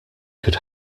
could